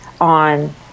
on